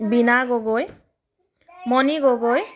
বিনা গগৈ মণি গগৈ